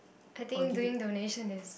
I think doing donation is